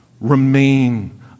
remain